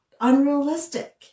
unrealistic